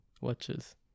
watches